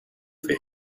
fame